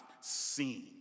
seen